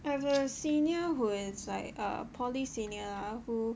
I have a senior who is like err poly senior who